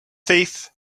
thief